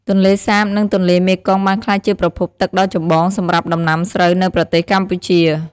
ទន្លេសាប និងទន្លេមេគង្គបានក្លាយជាប្រភពទឹកដ៏ចម្បងសម្រាប់ដំណាំស្រូវនៅប្រទេសកម្ពុជា។